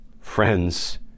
Friends